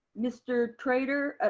mr. trader, ah